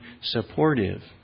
supportive